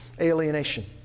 alienation